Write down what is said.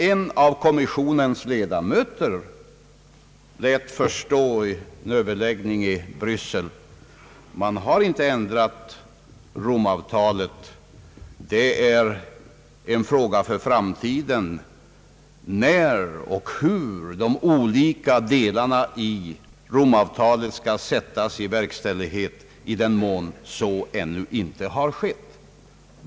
En av kommissionens ledamöter lät vid en överläggning i Bryssel förstå att man inte ändrat Rom-avtalet. Det är en fråga för framtiden när och hur de olika delarna av Rom-avtalet skall sättas i verkställighet i den mån så ännu inte har skett.